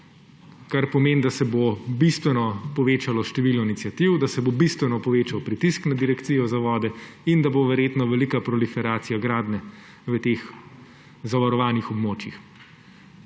Kar pomeni, da se bo bistveno povečalo število iniciativ, da se bo bistveno povečal pritisk na Direkcijo za vode in da bo verjetno velika proliferacija gradnje v teh zavarovanih območjih.